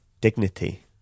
dignity